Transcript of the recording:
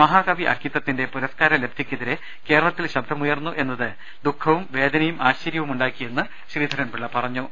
മഹാകവി അക്കിത്തത്തിന്റെ പുരസ്കാരലബ്ധിക്കെ തിരെ കേരളത്തിൽ ശബ്ദമുയർന്നു എന്നത് ദുഖവും വേദനയും ആശ്ചര്യവുമുണ്ടാക്കിയെന്ന് ശ്രീധരൻപിള്ള പറഞ്ഞു